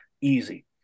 easy